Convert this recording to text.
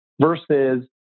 versus